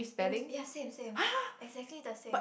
eh ya same same exactly the same